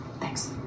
Thanks